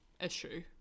issue